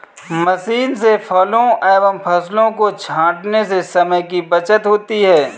machine से फलों एवं फसलों को छाँटने से समय की बचत होती है